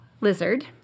lizard